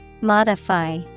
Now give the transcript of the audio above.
Modify